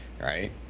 right